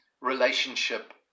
relationship